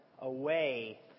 away